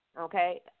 Okay